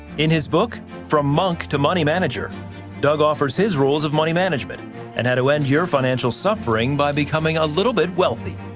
in his book from month to money manager he offers his roles of money management and how to end your financial suffering by becoming a little bit wealthy.